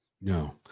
No